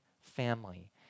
family